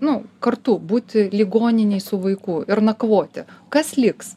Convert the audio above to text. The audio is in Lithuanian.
nu kartu būt ligoninėj su vaikų ir nakvoti kas liks